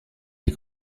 les